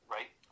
Right